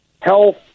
health